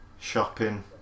Shopping